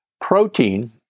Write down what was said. protein